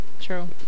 true